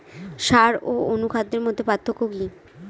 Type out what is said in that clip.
সার ও অনুখাদ্যের মধ্যে পার্থক্য কি?